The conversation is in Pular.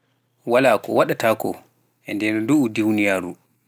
Walaa ko waɗataako, e nder ndu'u diwniyaaru